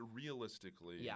realistically